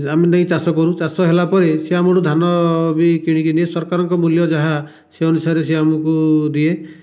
ଆମେ ନେଇ ଚାଷ କରୁ ଚାଷ ହେଲାପରେ ସେ ଆମଠାରୁ ଧାନ ବି କିଣିକି ନିଏ ସରକାରଙ୍କ ମୂଲ୍ୟ ଯାହା ସେଇଅନୁସାରେ ସେ ଆମକୁ ଦିଏ